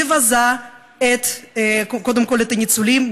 מבזה קודם כול את הניצולים,